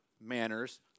manners